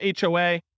HOA